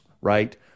right